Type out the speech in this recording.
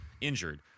injured